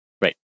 Right